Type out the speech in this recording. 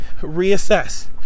reassess